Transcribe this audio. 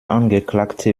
angeklagte